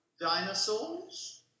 dinosaurs